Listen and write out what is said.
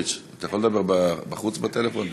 סמוטריץ, אתה יכול לדבר בחוץ בטלפון?